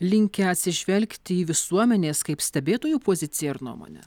linkę atsižvelgti į visuomenės kaip stebėtojų poziciją ir nuomonę